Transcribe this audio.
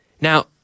Now